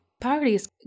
parties